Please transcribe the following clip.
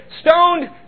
stoned